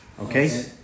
Okay